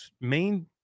main